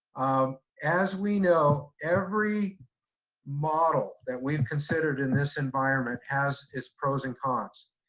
um as we know, every model that we've considered in this environment has its pros and cons.